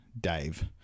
Dave